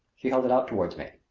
she held it out toward me.